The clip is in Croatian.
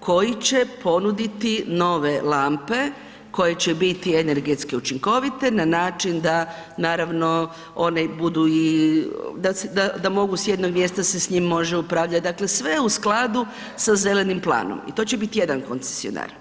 koji će ponuditi nove lampe koje će biti energetski učinkovite na način da naravno one budu, da mogu s jednog mjesta se s njima može upravljati, dakle sve u skladu sa zelenim planom i to će biti jedan koncesionar.